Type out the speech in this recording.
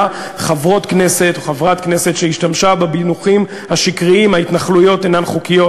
חברת הכנסת שהשתמשה במונחים השקריים: ההתנחלויות אינן חוקיות.